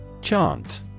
Chant